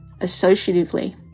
associatively